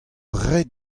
ret